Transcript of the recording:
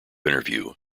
interview